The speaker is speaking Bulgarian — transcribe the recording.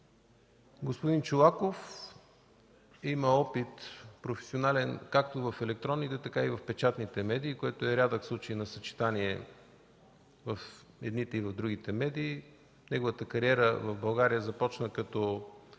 Господин Чолаков има професионален опит както в електронните, така и в печатните медии, което е рядък случай на съчетание в едните и другите медии. Неговата кариера в България започна като